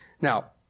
Now